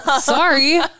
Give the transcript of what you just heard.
sorry